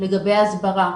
לגבי הסברה